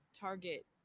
target